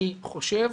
אני חושב